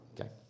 Okay